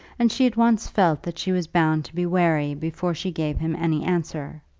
and she at once felt that she was bound to be wary before she gave him any answer.